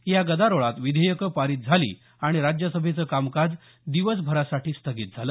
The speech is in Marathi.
या गदारोळात विधेयकं पारित झाली आणि राज्यसभेचं कामकाज दिवसभरासाठी स्थगित झालं